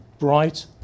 bright